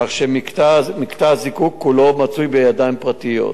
כך שמקטע הזיקוק כולו מצוי בידיים פרטיות.